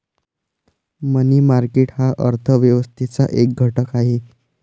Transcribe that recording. मनी market हा अर्थ व्यवस्थेचा एक घटक आहे